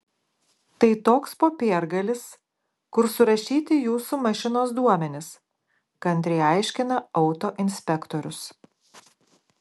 tai toks popiergalis kur surašyti jūsų mašinos duomenys kantriai aiškina autoinspektorius